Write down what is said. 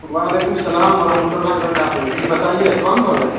وعلیکم السّلام ورحمۃ اللہ وبرکاتہ جی بتائیے کون بول رہے